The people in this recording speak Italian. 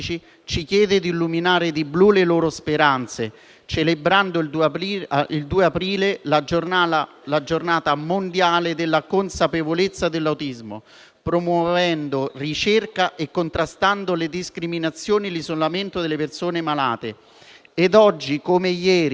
ci chiede di illuminare di blu le loro speranze, celebrando il 2 aprile la Giornata mondiale della consapevolezza sull'autismo, promuovendo ricerca e contrastando le discriminazioni e l'isolamento delle persone malate. Ed oggi, come ieri